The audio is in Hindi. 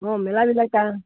वहाँ मेला भी लगता है